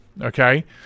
Okay